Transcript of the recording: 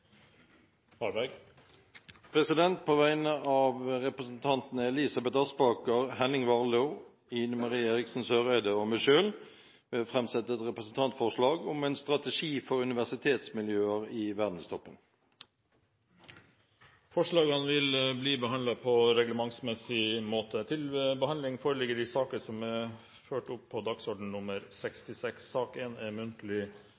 På vegne av representantene Elisabeth Aspaker, Henning Warloe, Ine M. Eriksen Søreide og meg selv vil jeg framsette et representantforslag om en strategi for universitetsmiljøer i verdenstoppen. Forslagene vil bli behandlet på reglementsmessig måte.